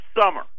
summer